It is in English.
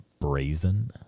Brazen